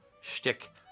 shtick